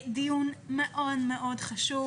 דיון מאוד חשוב